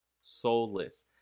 soulless